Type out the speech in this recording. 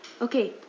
Okay